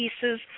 pieces